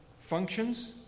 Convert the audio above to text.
functions